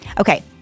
Okay